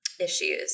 issues